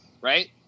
right